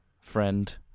friend